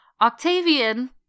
Octavian